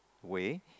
way